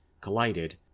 collided